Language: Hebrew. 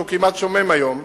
שהוא כמעט שומם היום,